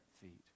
feet